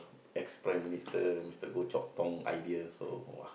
ex Prime-Minister Mister Goh-Chok-Tong idea so !wah!